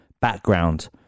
background